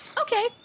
Okay